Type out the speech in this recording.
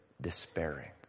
despairing